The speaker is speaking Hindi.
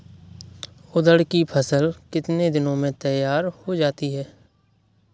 उड़द की फसल कितनी दिनों में तैयार हो जाती है?